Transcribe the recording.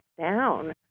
down